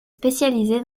spécialisé